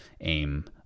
aim